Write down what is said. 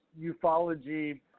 Ufology